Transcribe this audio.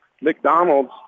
McDonald's